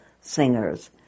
singers